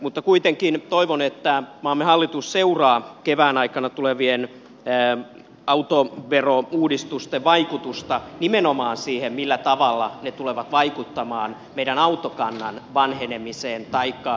mutta kuitenkin toivon että maamme hallitus seuraa kevään aikana tulevien autoverouudistusten vaikutusta nimenomaan siihen millä tavalla ne tulevat vaikuttamaan meidän autokannan vanhenemiseen taikka nuortumiseen